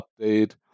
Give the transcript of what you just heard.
update